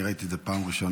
אני ראיתי את זה פעם ראשונה,